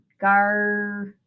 Gar